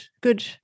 good